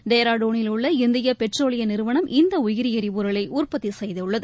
டேராடூனில் உள்ள இந்திய பெட்ரோலிய நிறுவனம் இந்த உயிரி எரிபொருளை உற்பத்தி செய்குள்ளது